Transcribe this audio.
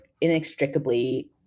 inextricably